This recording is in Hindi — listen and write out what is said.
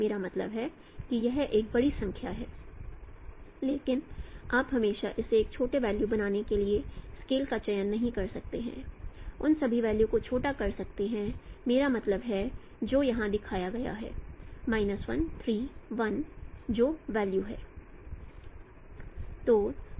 मेरा मतलब है कि यह एक बड़ी संख्या है लेकिन आप हमेशा इसे एक छोटे वल्यू बनाने के लिए स्केल का चयन नहीं कर सकते हैं उन सभी वल्यू को छोटा कर सकते हैं मेरा मतलब है जो यहाँ दिखाया गया है 1 3 1 जो वल्यू है